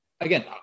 again